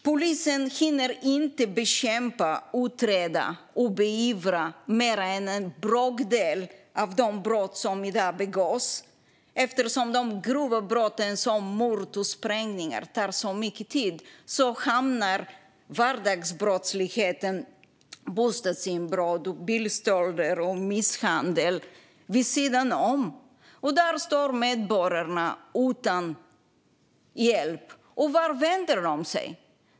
Polisen hinner inte bekämpa, utreda och beivra mer än en bråkdel av de brott som begås i dag. Eftersom grova brott som mord och sprängningar tar så mycket tid i anspråk hamnar vardagsbrottslighet - bostadsinbrott, bilstölder, misshandel och så vidare - vid sidan om. Där står medborgarna utan hjälp. Vart vänder de sig?